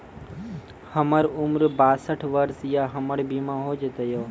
हमर उम्र बासठ वर्ष या हमर बीमा हो जाता यो?